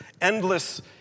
endless